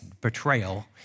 betrayal